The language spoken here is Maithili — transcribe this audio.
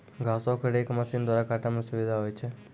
घासो क रेक मसीन द्वारा काटै म सुविधा होय छै